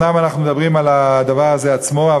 אומנם אנחנו מדברים על הדבר הזה עצמו,